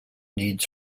needs